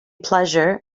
pleasure